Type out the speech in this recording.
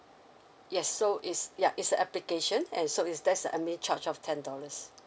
yes so is yeah it's a applications and so it's there's a admin charge of ten dollars